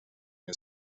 his